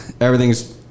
everything's